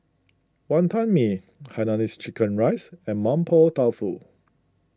Wonton Mee Hainanese Chicken Rice and Mapo Tofu